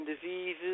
diseases